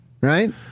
Right